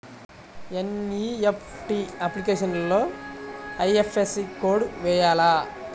NEFT అప్లికేషన్లో IFSC code వేయాలా?